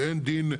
ואין דין,